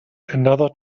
another